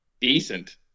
Decent